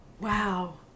wow